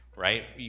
right